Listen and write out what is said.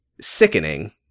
sickening